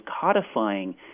codifying